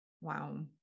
Wow